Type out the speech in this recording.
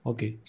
Okay